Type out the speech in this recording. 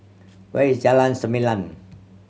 where is Jalan Selimang